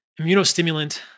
immunostimulant